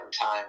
time